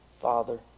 father